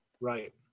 right